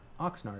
Oxnard